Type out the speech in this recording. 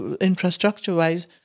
infrastructure-wise